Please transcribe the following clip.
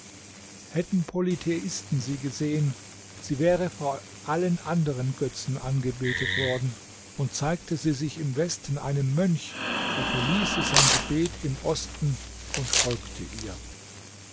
hätten polytheisten sie gesehen sie wäre vor allen anderen götzen angebetet worden und zeigte sie sich im westen einem mönch er verließe sein gebet im osten und folgte ihr